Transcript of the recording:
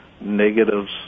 negatives